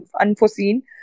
unforeseen